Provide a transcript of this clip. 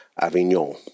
Avignon